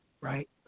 right